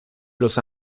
los